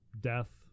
death